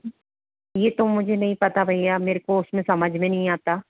ये तो मुझे नहीं पता भैया मेरे को उसमें समझ में नहीं आता